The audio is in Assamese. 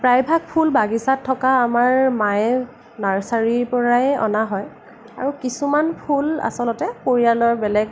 প্ৰায় ভাগ ফুল বাগিচাত থকা আমাৰ মায়ে নাৰ্ছাৰিৰ পৰাই অনা হয় আৰু কিছুমান ফুল আচলতে পৰিয়ালৰ বেলেগ